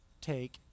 take